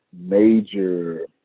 major